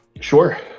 Sure